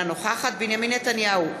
אינה נוכחת בנימין נתניהו,